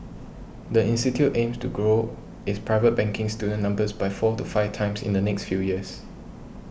the institute aims to grow its private banking student numbers by four to five times in the next few years